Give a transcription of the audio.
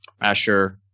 Asher